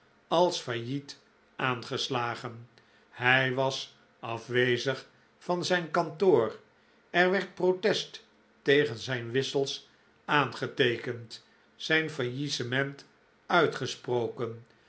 als failliet aangeslagen hij was afwezig van zijn kantoor er werd protest tegen zijn wissels aangeteekend zijn faillissement uitgesproken